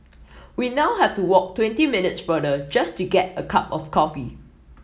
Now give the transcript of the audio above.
we now have to walk twenty minutes farther just to get a cup of coffee